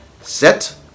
Set